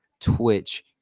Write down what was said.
twitch